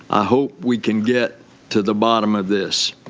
i hope we can get to the bottom of this.